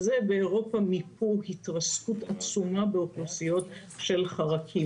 באירופה מיפו התרסקות עצומה באוכלוסייה של חרקים